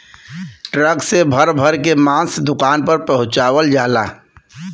truck से भर भर के मांस दुकान पर पहुंचवाल जाला